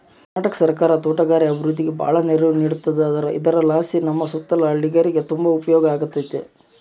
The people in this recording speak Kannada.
ಕರ್ನಾಟಕ ಸರ್ಕಾರ ತೋಟಗಾರಿಕೆ ಅಭಿವೃದ್ಧಿಗೆ ಬಾಳ ನೆರವು ನೀಡತದಾರ ಇದರಲಾಸಿ ನಮ್ಮ ಸುತ್ತಲ ಹಳ್ಳೇರಿಗೆ ತುಂಬಾ ಉಪಯೋಗ ಆಗಕತ್ತತೆ